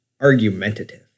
argumentative